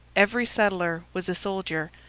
every settler was a soldier,